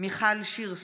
מיכל שיר סגמן,